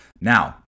now